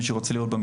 למי שירצה לראות.